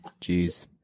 Jeez